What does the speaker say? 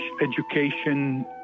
education